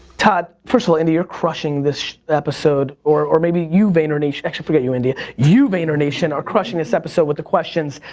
todd, first of all, india, you're crushing this episode, or maybe you vaynernation, actually forget you, india, you vaynernation are crushing this episode with the questions.